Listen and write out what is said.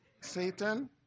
Satan